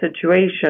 situation